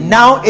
now